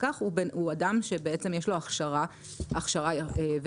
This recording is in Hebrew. הפקח הוא אדם שיש לו הכשרה וטרינרית,